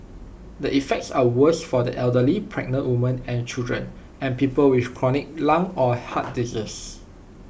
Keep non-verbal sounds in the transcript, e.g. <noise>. the effects are worse for the elderly pregnant women and children and people with chronic lung or heart <noise> disease